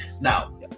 Now